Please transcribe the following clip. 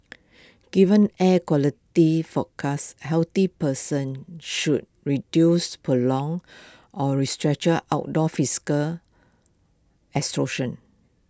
given air quality forecast healthy persons should reduce prolonged or outdoor physical